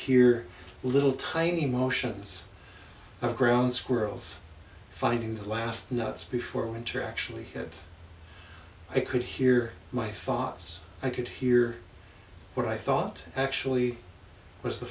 hear little tiny motions of ground squirrels fighting the last notes before winter actually it i could hear my thoughts i could hear what i thought actually was the